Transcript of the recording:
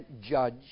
judge